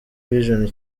vision